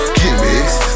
gimmicks